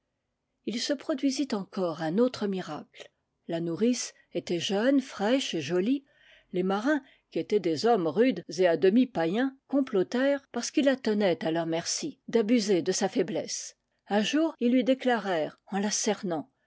il se produisit encore un autre miracle la nourrice était jeune fraîche et jolie les marins qui étaient des hommes rudes et à demi païens complotèrent parce qu'ils la tenaient à leur merci d'abuser de sa fai blesse un jour ils lui déclarèrent en la cernant